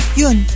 yun